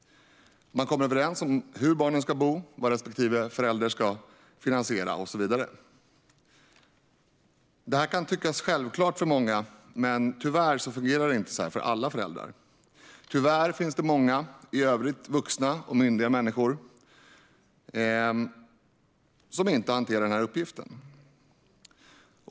Man kommer överens om hur barnen ska bo, vad respektive förälder ska finansiera och så vidare. Detta kan tyckas självklart för många, men tyvärr fungerar det inte så för alla föräldrar. Tyvärr finns det många i övrigt vuxna och myndiga människor som inte hanterar denna uppgift.